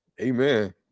Amen